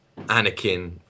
Anakin